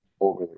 over